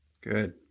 Good